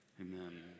amen